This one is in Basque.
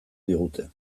digute